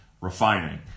refining